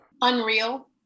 Unreal